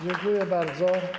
Dziękuję bardzo.